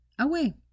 away